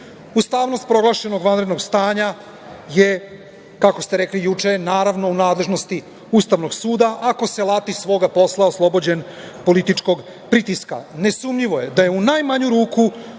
ekonomski. Ustavnost proglašenog vanrednog stanja je kako ste rekli juče, naravno u nadležnosti Ustavnog suda, ako se lati svog posla, oslobođen političkog pritiska. Nesumnjivo je da su u najmanju ruku